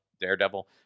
Daredevil